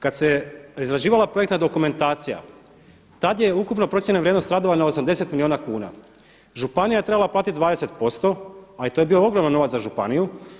Kad se izrađivala projektna dokumentacija tad je ukupna procijenjena vrijednost radova na 80 milijuna kuna, županija je trebala uplatiti 20% ali to je bio ogroman novac za županiju.